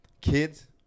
kids